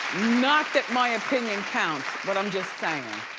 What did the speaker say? not that my opinion counts, but i'm just saying.